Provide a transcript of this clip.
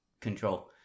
control